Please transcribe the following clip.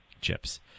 chips